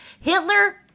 Hitler